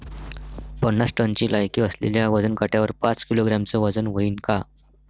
पन्नास टनची लायकी असलेल्या वजन काट्यावर पाच किलोग्रॅमचं वजन व्हईन का?